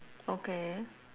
okay